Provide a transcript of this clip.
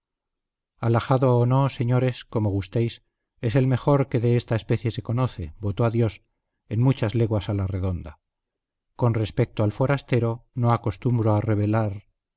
o no señores como gustéis es el mejor que de esta especie se conoce voto a dios en muchas leguas a la redonda con respecto al forastero no acostumbro a revelar